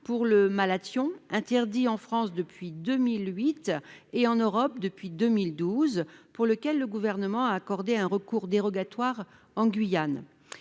cas du malathion, interdit en France depuis 2008 et en Europe depuis 2012, auquel le Gouvernement a accordé un recours dérogatoire en Guyane.